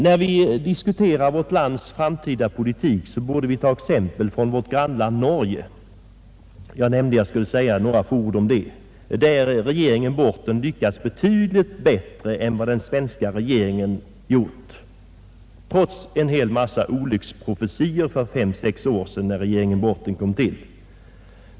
När vi diskuterar vårt lands framtida politik borde vi ta exempel från vårt grannland Norge, där regeringen Borten lyckats betydligt bättre än vad den svenska regeringen gjort, trots en hel mängd olycksprofetior för 5S—6 år sedan när regeringen Borten bildades.